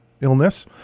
illness